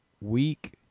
week